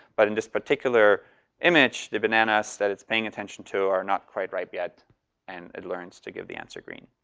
but in this particular image the bananas that it's paying attention to are not quite ripe yet and it learns to give the answer green.